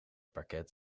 parket